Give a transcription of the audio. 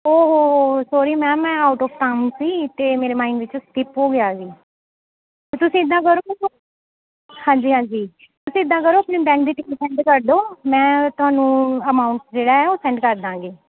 ਓ ਹੋ ਹੋ ਹੋ ਸੋਰੀ ਮੈਮ ਮੈਂ ਆਊਟ ਔਫ਼ ਟਾਊਨ ਸੀ ਅਤੇ ਮੇਰੇ ਮਾਇੰਡ ਵਿੱਚੋਂ ਸਕਿੱਪ ਹੋ ਗਿਆ ਸੀ ਤੁਸੀਂ ਇੱਦਾਂ ਕਰੋ ਮੈਨੂੰ ਹਾਂਜੀ ਹਾਂਜੀ ਤੁਸੀਂ ਇੱਦਾਂ ਕਰੋ ਆਪਣੇ ਬੈਂਕ ਦੀ ਡਿਟੇਲ ਸੈਂਡ ਕਰ ਦਿਉ ਮੈਂ ਤੁਹਾਨੂੰ ਅਮਾਊਂਟਸ ਜਿਹੜਾ ਉਹ ਸੈਂਡ ਕਰ ਦੇਵਾਂਗੀ